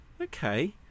okay